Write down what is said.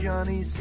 Johnny